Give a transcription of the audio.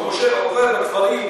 כשהוא עובר בכפרים,